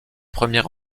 premier